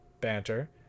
banter